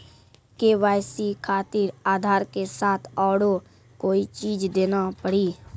KYC खातिर आधार के साथ औरों कोई चीज देना पड़ी?